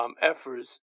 efforts